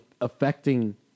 affecting